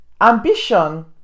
Ambition